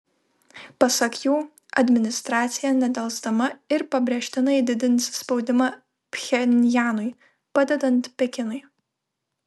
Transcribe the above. pasak jų administracija nedelsdama ir pabrėžtinai didins spaudimą pchenjanui padedant pekinui